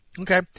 Okay